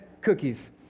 cookies